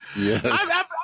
Yes